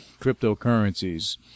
cryptocurrencies